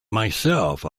myself